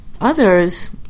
Others